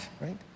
right